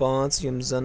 پانٛژھ یِم زن